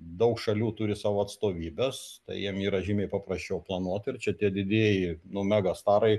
daug šalių turi savo atstovybes tai jiem yra žymiai paprasčiau planuot ir čia tie didieji nu megastarai